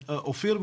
אופיר,